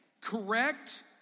Correct